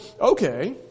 okay